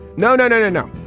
no no no no no.